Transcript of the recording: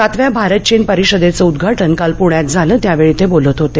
सातव्या भारत चीन परिषदेच उद्धघाटन काल पुण्यात झालं तेव्हा ते बोलत होते